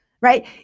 right